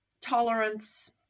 tolerance